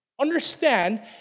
understand